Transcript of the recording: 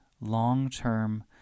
long-term